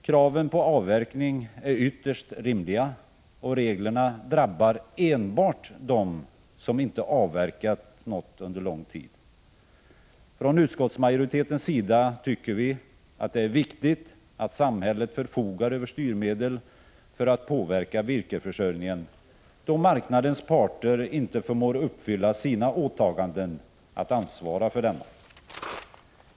Kraven på avverkning är ytterst rimliga, och reglerna drabbar enbart dem som inte avverkat något under lång tid. Från utskottsmajoritetens sida tycker vi att det är viktigt att samhället förfogar över styrmedel för att påverka virkesförsörjningen, då marknadens parter inte förmår uppfylla sina åtaganden att ansvara för denna.